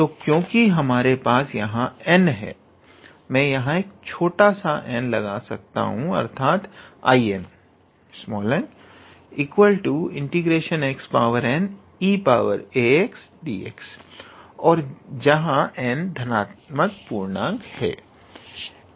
तो क्योंकि हमारे पास यहां n है मैं यहां एक छोटा सा n लगा सकता हूं अर्थात 𝐼𝑛 ∫ 𝑥𝑛𝑒𝑎𝑥𝑑𝑥 और जहां n एक धनात्मक पूर्णक है